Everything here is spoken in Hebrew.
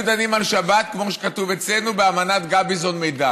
אז היו דנים על שבת כמו שכתוב אצלנו באמנת גביזון-מדן.